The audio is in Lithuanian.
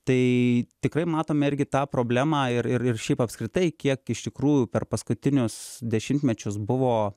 tai tikrai matome irgi tą problemą ir ir ir šiaip apskritai kiek iš tikrųjų per paskutinius dešimtmečius buvo